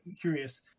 curious